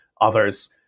others